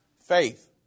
faith